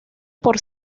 por